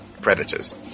predators